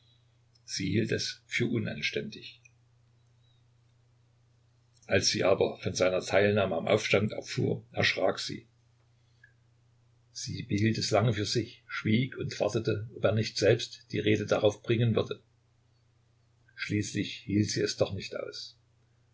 sie hielt es für unanständig als sie aber von seiner teilnahme am aufstand erfuhr erschrak sie sie behielt es lange für sich schwieg und wartete ob er nicht selbst die rede darauf bringen würde schließlich hielt sie es doch nicht aus